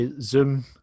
Zoom